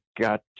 got